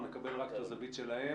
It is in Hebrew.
כל מה שכרוך כדי שאפשר יהיה לשכן בה חולה.